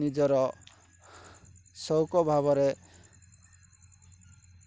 ନିଜର ଶଉକ ଭାବରେ